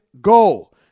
goal